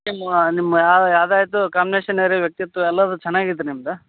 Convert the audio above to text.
ನಿಮ್ಮ ನಿಮ್ಮ ಯಾವುದಾಯ್ತು ಕಾಮ್ನೇಷನ್ ರೀ ವ್ಯಕ್ತಿತ್ವ ಎಲ್ಲದೂ ಚೆನ್ನಾಗೈತೆ ರೀ ನಿಮ್ದು